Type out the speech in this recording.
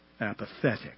apathetic